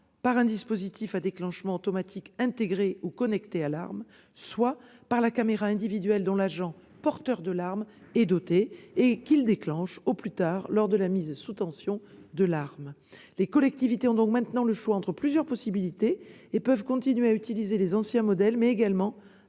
par un dispositif à déclenchement automatique intégré ou connecté à l'arme, soit par la caméra individuelle dont l'agent porteur de l'arme est doté et qu'il déclenche, au plus tard, lors de la mise sous tension du PIE. Les collectivités ont donc maintenant le choix entre plusieurs possibilités et peuvent continuer d'utiliser les anciens modèles ou acquérir